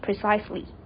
precisely